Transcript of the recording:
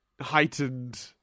heightened